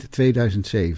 2007